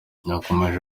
yakomeje